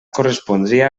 correspondria